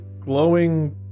glowing